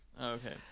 Okay